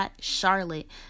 Charlotte